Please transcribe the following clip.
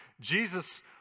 Jesus